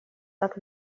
так